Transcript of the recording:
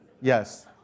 Yes